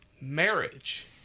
marriage